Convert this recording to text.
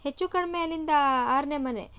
ಹೆಚ್ಚು ಕಡಿಮೆ ಅಲ್ಲಿಂದ ಆರನೇ ಮನೆ